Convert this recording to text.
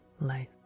life